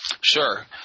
Sure